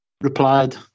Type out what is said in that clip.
Replied